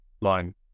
line